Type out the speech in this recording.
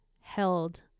held